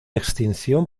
extinción